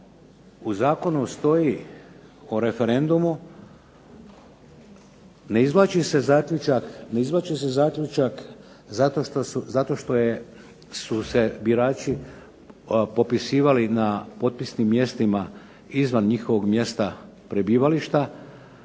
u Zakonu stoji o referendumu ne izvlači se zaključak zato što su se birači popisivali na potpisnim mjestima izvan njihovog mjesta prebivališta,